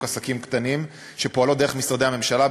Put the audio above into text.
של עסקים קטנים שפועלות דרך משרדי הממשלה,